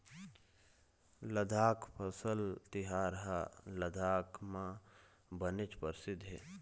लद्दाख फसल तिहार ह लद्दाख म बनेच परसिद्ध हे